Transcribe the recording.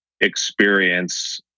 experience